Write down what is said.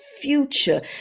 future